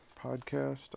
podcast